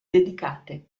dedicate